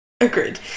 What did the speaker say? Agreed